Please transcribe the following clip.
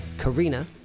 Karina